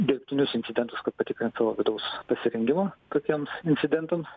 dirbtinius incidentus kad patikrint savo vidaus pasirengimą tokiems incidentams